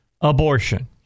abortion